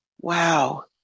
Wow